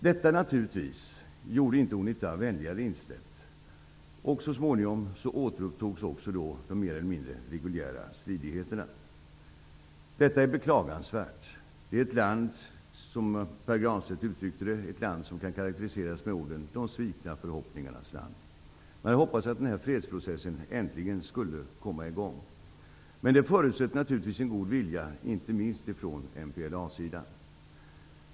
Detta gjorde naturligtvis inte Unita vänligare inställt, och så småningom återupptogs också de mer eller mindre reguljära stridigheterna. Detta är beklagansvärt. Det gäller ett land som kan karakteriseras med orden ''de svikna förhoppningarnas land'', som Pär Granstedt uttryckte det. Man hade hoppats att fredsprocessen äntligen skulle komma i gång. Men det förutsätter naturligtvis en god vilja, inte minst från MPLA sidan.